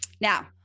Now